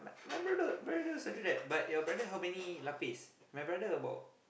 m~ my brother my brother also do that but your brother how many lapis my brother about